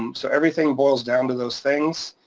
um so everything boils down to those things,